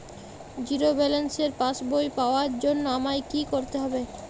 Zero ব্যালেন্সের passbook পাওয়ার জন্য আমায় কী করতে হবে?